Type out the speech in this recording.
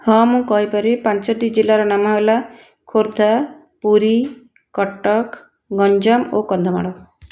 ହଁ ମୁଁ କହିପାରିବି ପାଞ୍ଚୋଟି ଜିଲ୍ଲାର ନାମ ହେଲା ଖୋର୍ଦ୍ଧା ପୁରୀ କଟକ ଗଞ୍ଜାମ ଓ କନ୍ଧମାଳ